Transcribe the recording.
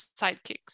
sidekicks